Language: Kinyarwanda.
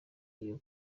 iyo